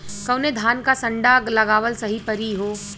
कवने धान क संन्डा लगावल सही परी हो?